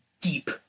deep